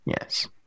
Yes